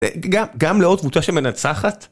גם לאות תבוטה שמנצחת.